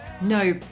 No